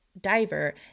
diver